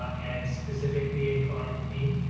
and specifically in chronic pain,